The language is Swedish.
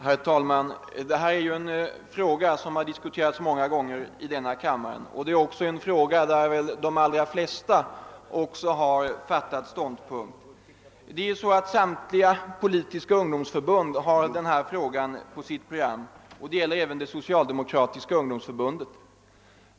Herr talman! Den här frågan har ju diskuterats många gånger i denna kammare, och de allra flesta torde också ha fattat ståndpunkt. Samtliga politiska ungdomsförbund har frågan upptagen på sina program, vilket alltså även gäller det socialdemokratiska ungdomsförbundet.